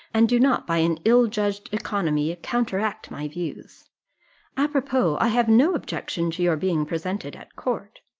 and do not, by an ill-judged economy, counteract my views apropos, i have no objection to your being presented at court.